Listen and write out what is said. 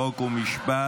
חוק ומשפט.